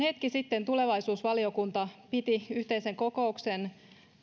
hetki sitten tulevaisuusvaliokunta piti yhteisen kokouksen